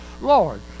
Lord